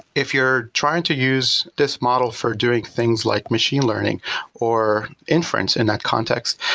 if you're trying to use this model for doing things like machine learning or inference in that context,